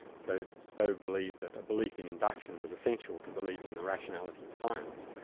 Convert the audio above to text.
so stove believed that a belief in induction was essential to believing the rationality of science.